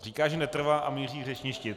Říká, že netrvá a míří k řečništi.